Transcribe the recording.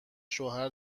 شوهر